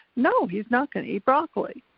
no, he's not gonna eat broccoli,